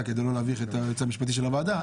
כדי לא להביך את היועץ המשפטי של הוועדה